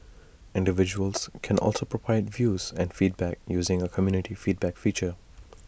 individuals can also provide views and feedback using A community feedback feature